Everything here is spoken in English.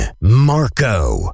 Marco